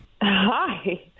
hi